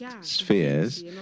spheres